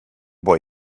boy